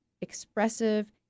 expressive